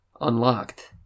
Unlocked